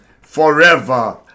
forever